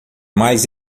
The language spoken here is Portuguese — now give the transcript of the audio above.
mais